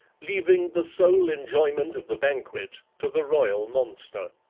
leaving the sole enjoyment of the banquet to the royal monster.